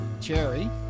Cherry